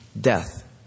Death